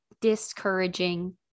discouraging